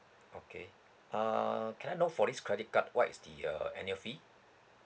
okay uh can I know for this credit card what is the uh annual fee